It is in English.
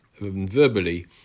verbally